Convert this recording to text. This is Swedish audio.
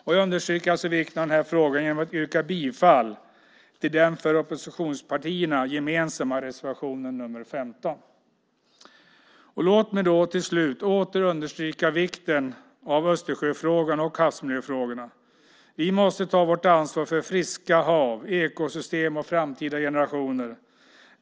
Jag understryker vikten av denna fråga genom att yrka bifall till den för oppositionspartierna gemensamma reservationen nr 15. Låt mig till slut åter understryka vikten av Östersjöfrågan och havsmiljöfrågorna. Vi måste ta vårt ansvar för friska hav, ekosystem och framtida generationer.